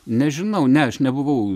nežinau ne aš nebuvau